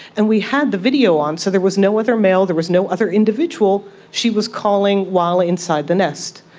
and we had the video on so there was no other male, there was no other individual, she was calling while inside the nest.